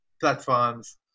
platforms